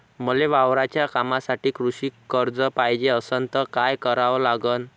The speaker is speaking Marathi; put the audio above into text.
मले वावराच्या कामासाठी कृषी कर्ज पायजे असनं त काय कराव लागन?